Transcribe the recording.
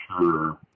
sure